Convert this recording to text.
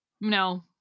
No